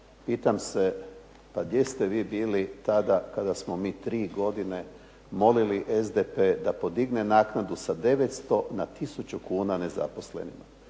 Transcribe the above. pitam se pa gdje ste vi bili tada kada smo mi tri godine molili SDP da podigne naknadu sa 900 na tisuću kuna nezaposlenima.